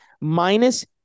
Minus